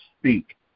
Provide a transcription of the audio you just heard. speak